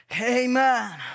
Amen